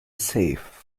safe